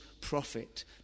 prophet